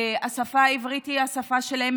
השפה העברית היא השפה שלהם.